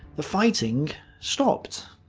the fighting stopped.